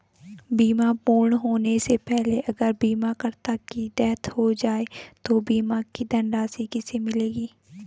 बीमा पूर्ण होने से पहले अगर बीमा करता की डेथ हो जाए तो बीमा की धनराशि किसे मिलेगी?